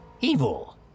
Evil